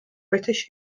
british